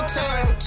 time